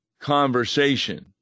conversation